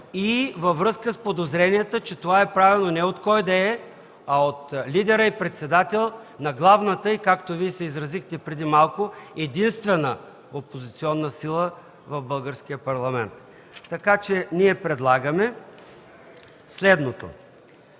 и във връзка с подозренията, че това е правено не от който и да е, а от лидера и председател на главната, както Вие се изразихте преди малко, единствена опозиционна сила в българския парламент. Ние предлагаме следното: